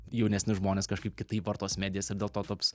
jaunesni žmonės kažkaip kitaip vartos medijas ir dėl to taps